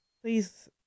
please